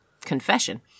confession